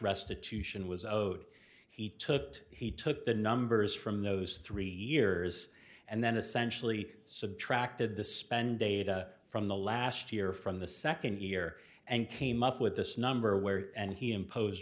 restitution was owed he took it he took the numbers from those three years and then essentially subtracted the spend data from the last year from the second year and came up with this number where and he imposed